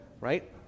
Right